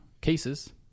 cases